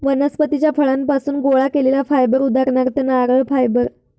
वनस्पतीच्या फळांपासुन गोळा केलेला फायबर उदाहरणार्थ नारळ फायबर